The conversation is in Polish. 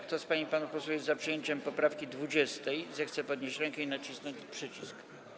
Kto z pań i panów posłów jest za przyjęciem poprawki 20., zechce podnieść rękę i nacisnąć przycisk.